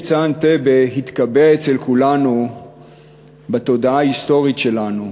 "מבצע אנטבה" התקבע אצל כולנו בתודעה ההיסטורית שלנו.